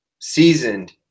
seasoned